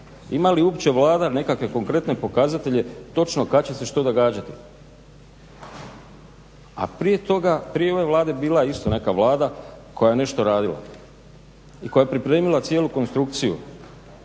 Ima li uopće Vlada nekakve konkretne pokazatelje točno kad će se što događati a prije toga, prije ove Vlade je bila isto neka Vlada koja je nešto radila i koja je pripremila cijelu konstrukciju.